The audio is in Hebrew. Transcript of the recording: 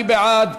מי בעד?